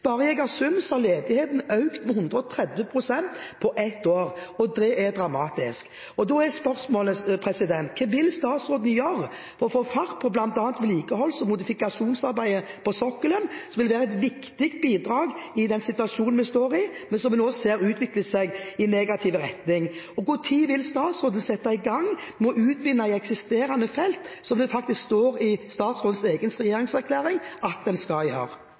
Bare i Eigersund har ledigheten økt med 130 pst. på ett år – og det er dramatisk. Da er spørsmålet: Hva vil statsråden gjøre for å få fart på bl.a. vedlikeholds- og modifikasjonsarbeidet på sokkelen, som vil være et viktig bidrag i den situasjonen vi står i, og som vi nå ser utvikle seg i negativ retning? Og når vil statsråden sette i gang og utvinne i eksisterende felt, slik det faktisk står i statsrådens egen regjeringserklæring at en skal gjøre?